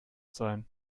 sein